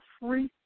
free